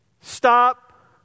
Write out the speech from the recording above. Stop